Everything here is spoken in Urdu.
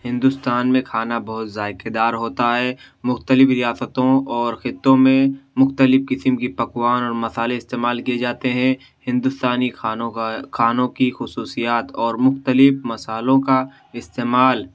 ہندوستان میں کھانا بہت ذائقے دار ہوتا ہے مختلف ریاستوں اور خِطّوں میں مختلف قسم کی پکوان اور مصالحے استعمال کیے جاتے ہیں ہندوستانی کھانوں کا کھانوں کی خصوصیات اور مختلف مصالحوں کا استعمال